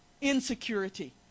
insecurity